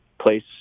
place